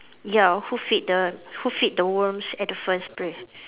ya who feed the who feed the worms at the first place